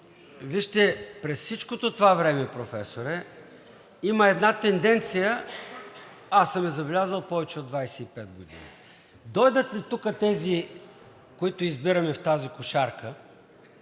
вижте, през всичкото това време, Професоре, има една тенденция и аз съм я забелязал повече от 25 години – дойдат ли тук тези, които избираме, в тази кошарка,